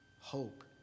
Hope